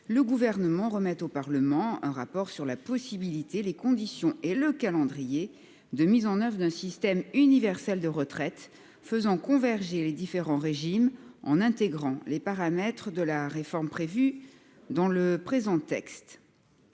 le Gouvernement remette au Parlement un rapport sur la possibilité, les conditions et le calendrier de mise en oeuvre d'un système universel de retraite faisant converger les différents régimes en intégrant les paramètres de la réforme prévus par la présente